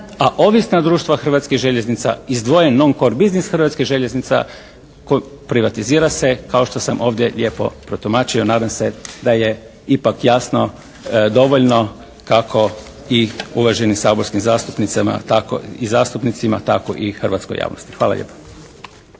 a ovisna društva Hrvatskih željeznica izdvojen non cord biznis Hrvatskih željeznica privatizira se kao što sam ovdje lijepo protumačio, nadam se da je ipak jasno, dovoljno kako i uvaženi zastupnicama tako i zastupnicima tako i hrvatskoj javnosti. Hvala lijepo.